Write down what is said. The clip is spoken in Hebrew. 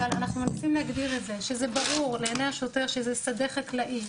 אבל אנחנו מנסים להגדיר את זה שזה ברור לעיניי השוטר שזה שדה חקלאי,